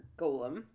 golem